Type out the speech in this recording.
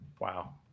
Wow